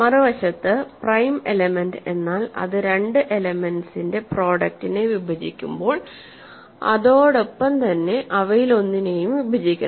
മറുവശത്ത് prime element എന്നാൽ അത് രണ്ട് എലെമെൻന്റ്സിന്റെ പ്രൊഡക്ടിനെ വിഭജിക്കുമ്പോൾഅതോടൊപ്പംതന്നെ അവയിലൊന്നിനെയും വിഭജിക്കണം